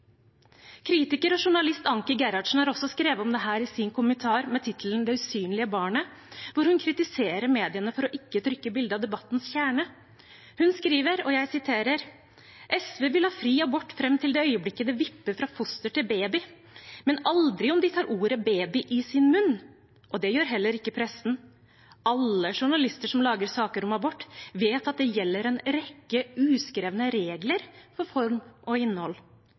Kritiker og journalist Anki Gerhardsen har også skrevet om dette i sin kommentar med tittelen «Det usynlige barnet», der hun kritiserer mediene for å ikke trykke bildet av debattens kjerne. Hun skriver: «SV vil ha fri abort frem til det øyeblikket det vipper fra foster til baby. Men aldri om de tar ordet «baby» i sin munn. Og det gjør heller ikke pressen. Alle journalister som lager saker om abort, vet at det gjelder en rekke uskrevne regler for form og innhold: